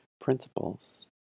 principles